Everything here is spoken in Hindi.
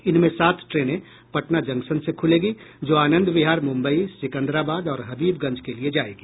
इनमें सात ट्रेनें पटना जंक्शन से खुलेगी जो आनंद विहार मुम्बई सिकंदराबाद और हबीबगंज के लिये जायेगी